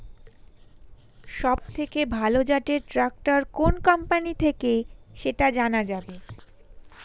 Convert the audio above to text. সবথেকে ভালো জাতের ট্রাক্টর কোন কোম্পানি থেকে সেটা জানা যাবে?